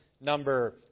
number